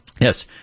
Yes